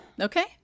Okay